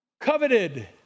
coveted